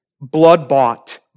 blood-bought